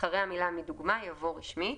אחרי המילה "מדוגמה" יבוא "רשמית".